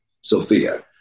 Sophia